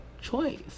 choice